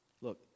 Look